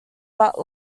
but